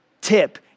tip